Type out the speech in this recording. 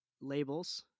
labels